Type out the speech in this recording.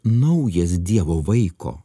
naujas dievo vaiko